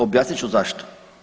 Objasnit ću zašto.